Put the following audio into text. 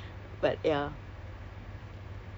ya got industrial places [what] there